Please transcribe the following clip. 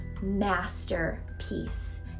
masterpiece